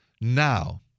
Now